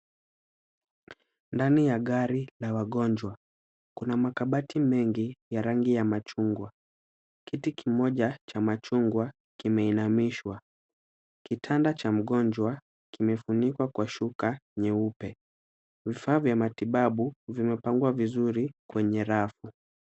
Ndani ya gari la wagonjwa, kuna makabati mengi ya rangi ya machungwa, kiti kimoja cha machungwa kimeinamishwa, kitanda cha mgonjwa kimefunikwa kwa shuka nyeupe. Vifaa vya matibabu vimepangwa vizuri kwenye rafu.